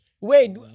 Wait